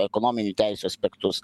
ekonominių teisių aspektus